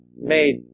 made